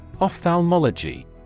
Ophthalmology